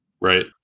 Right